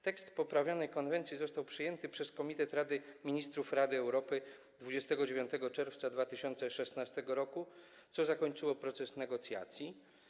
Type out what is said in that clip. Tekst poprawionej konwencji został przyjęty przez Komitet Ministrów Rady Europy 29 czerwca 2016 r., co zakończyło proces negocjacji.